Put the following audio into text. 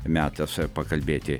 metas pakalbėti